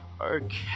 okay